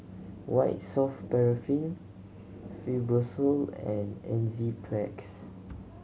White Soft Paraffin Fibrosol and Enzyplex